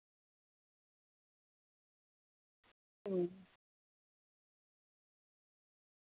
ᱦᱩᱸ